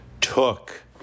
took